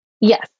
Yes